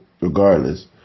regardless